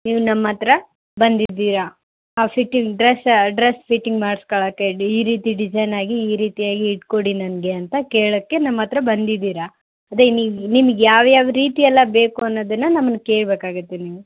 ನೀವು ನಮ್ಮ ಹತ್ರ ಬಂದಿದ್ದೀರಾ ಆ ಫಿಟ್ಟಿಂಗ್ ಡ್ರೆಸ್ಸ ಡ್ರೆಸ್ ಫಿಟ್ಟಿಂಗ್ ಮಾಡ್ಸ್ಕೊಳಕ್ಕೆ ಈ ರೀತಿ ಡಿಸೈನ್ ಆಗಿ ಈ ರೀತಿಯಾಗಿ ಇಟ್ಟುಕೊಡಿ ನನಗೆ ಅಂತ ಕೇಳೋಕ್ಕೆ ನಮ್ಮ ಹತ್ರ ಬಂದಿದ್ದೀರಾ ಅದೇ ನೀವು ನಿಮ್ಗೆ ಯಾವ್ಯಾವ ರೀತಿ ಎಲ್ಲ ಬೇಕು ಅನ್ನೋದನ್ನ ನಮ್ಮನ್ನು ಕೇಳಬೇಕಾಗುತ್ತೆ ನೀವು